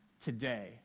today